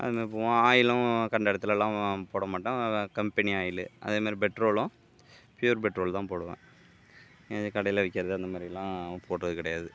அந்த ஆயிலும் கண்ட இடத்துலலாம் போடமாட்டோம் கம்பெனி ஆயிலு அதேமாதிரி பெட்ரோலும் ப்யூர் பெட்ரோல் தான் போடுவேன் இந்த கடையில் விற்கிறது அந்தமாதிரில்லாம் போடுவது கிடையாது